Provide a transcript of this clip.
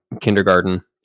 kindergarten